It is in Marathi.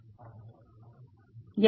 Poynting vector 10EB10nE0B0k